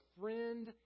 friend